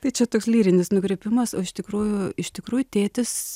tai čia toks lyrinis nukrypimas o iš tikrųjų iš tikrųjų tėtis